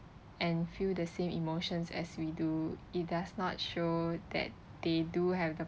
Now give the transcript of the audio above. and feel the same emotions as we do it does not show that they do have the